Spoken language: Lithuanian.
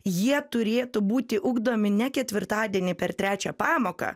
jie turėtų būti ugdomi ne ketvirtadienį per trečią pamoką